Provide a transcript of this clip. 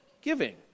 giving